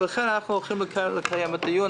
לכן אנחנו הולכים מכאן לקיים דיון.